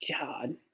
God